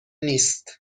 نیست